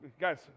guys